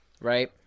Right